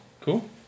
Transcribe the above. cool